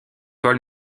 paul